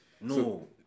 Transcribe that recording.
No